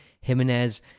Jimenez